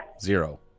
zero